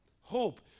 Hope